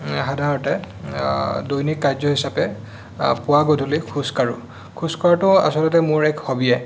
সাধাৰণতে দৈনিক কাৰ্য হিচাপে পুৱা গধূলি খোজ কাঢ়োঁ খোজ কঢ়াটো আচলতে মোৰ এক হবিয়ে